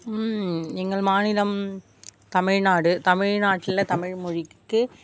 எங்கள் மாநிலம் தமிழ்நாடு தமிழ்நாட்டில் தமிழ் மொழிக்கு